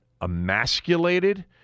emasculated